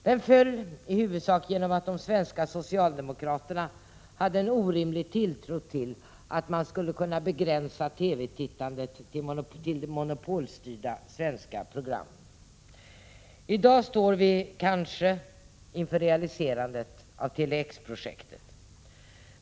Den föll, i huvudsak genom att de svenska socialdemokraterna hade en orimlig tilltro till att man skulle kunna begränsa TV-tittandet till monopolstyrda svenska program. I dag står vi kanske inför realiserandet av Tele-X-projektet.